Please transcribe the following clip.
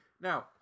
Now